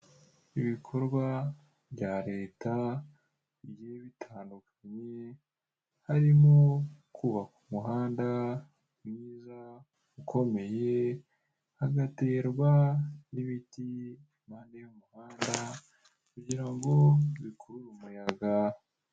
Ibikorwa bya leta bigiye bitandukanye harimo kubaka umuhanda mwiza ukomeye hagaterwa n'ibiti impande y'umuhanda kugira ngo bikurure umuyaga.